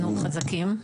אנחנו חזקים,